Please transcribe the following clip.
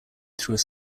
through